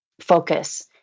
focus